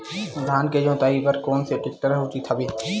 धान के जोताई बर कोन से टेक्टर ह उचित हवय?